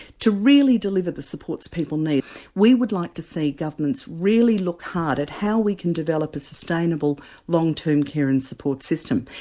to really deliver the supports people need we would like to see governments really look hard at how we can develop a sustainable long term care and support system.